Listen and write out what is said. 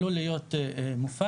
עלול להיות מופר.